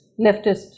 leftist